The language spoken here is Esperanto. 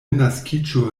naskiĝu